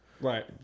Right